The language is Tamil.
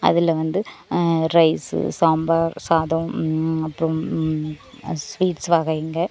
அதில் வந்து ரைஸ்ஸு சாம்பார் சாதம் அப்புறம் ஸ்வீட்ஸ் வகைங்கள்